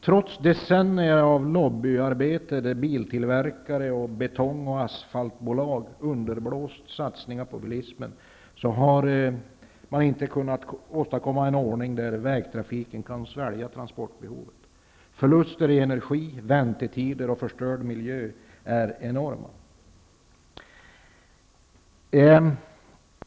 Trots decennier av lobbyarbete, där biltillverkare och betong och asfaltbolag underblåst satsningar på bilismen, har man inte kunnat åstadkomma en ordning där vägtrafiken kan svälja transportbehovet. Förlusterna i energi, väntetider och förstörd miljö är enorma.